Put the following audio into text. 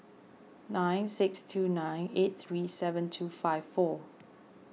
nine six two nine eight three seven two five four